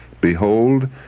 Behold